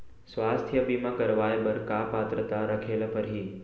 स्वास्थ्य बीमा करवाय बर का पात्रता रखे ल परही?